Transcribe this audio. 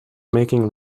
making